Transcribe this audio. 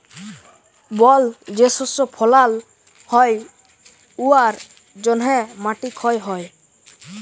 বল যে শস্য ফলাল হ্যয় উয়ার জ্যনহে মাটি ক্ষয় হ্যয়